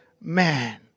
man